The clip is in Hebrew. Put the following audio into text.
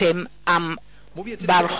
אתם עם בן-חורין.